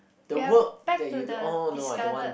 we are back to the discarded